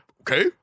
Okay